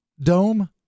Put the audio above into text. dome